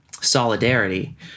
solidarity